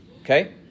okay